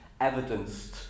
evidenced